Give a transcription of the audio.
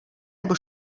nebo